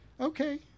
Okay